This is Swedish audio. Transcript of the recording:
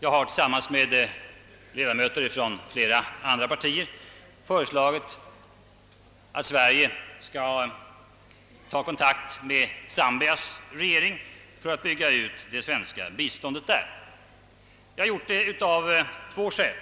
Jag har tillsammans med ledamöter från flera andra partier föreslagit att Sverige: skall ta kontakt med Zambias regering för att bygga ut det svenska biståndet där. Jag har gjort det av två skäl.